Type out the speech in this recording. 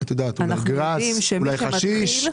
גראס, חשיש.